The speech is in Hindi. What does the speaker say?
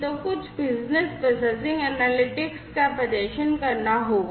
तो कुछ बिजनेस प्रोसेसिंग एनालिटिक्स का प्रदर्शन करना होगा